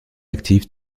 active